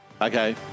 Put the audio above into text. Okay